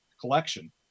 collection